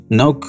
now